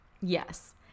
Yes